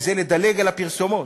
וזה לדלג על הפרסומות,